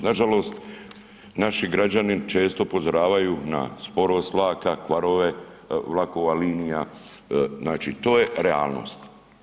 Nažalost, naši građani često upozoravaju na sporost vlaka, kvarove vlakova, linija, znači to je realnost.